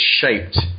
shaped